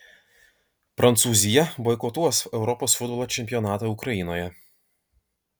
prancūzija boikotuos europos futbolo čempionatą ukrainoje